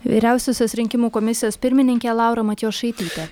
vyriausiosios rinkimų komisijos pirmininkė laura matjošaitytė